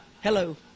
Hello